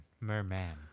Merman